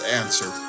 answer